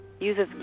Uses